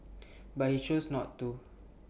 but he chose not to